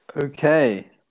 Okay